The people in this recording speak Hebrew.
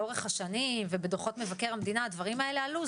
לאורך השנים ובדוחות מבקר המדינה הדברים האלה עלו,